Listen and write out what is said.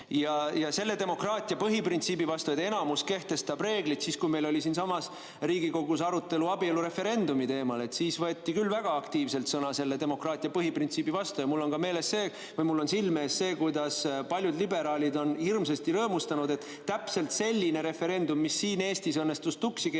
ja selle demokraatia põhiprintsiibi vastu, et enamus kehtestab reeglid, siis kui meil oli siinsamas Riigikogus arutelu abielureferendumi teemal. Siis võeti küll väga aktiivselt sõna selle demokraatia põhiprintsiibi vastu. Ja mul on ka meeles see või mul on silme ees see, kuidas paljud liberaalid hirmsasti rõõmustasid, et täpselt selline referendum, mis siin Eestis õnnestus tuksi